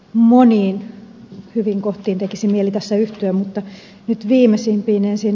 moniin hyvin kohtiin tekisi mieli tässä yhtyä mutta nyt viimeisimpiin ensin